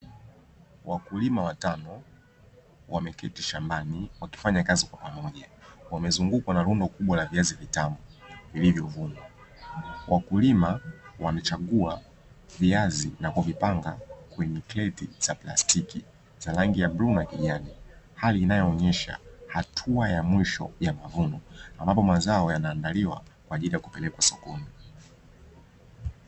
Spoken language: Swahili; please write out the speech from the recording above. Wakulima watano wakifanya kazi shambani wakiwa wamezungukwa na rundu kubwa la viazi vitamu wakulima wamechagua kupanga viazi kweye plastiki yenye rangi ya bluu hali inayo onesha hatua ya awali ambapo mazao yanandaliwa kwa ajiri ya kupelekwa sokoni.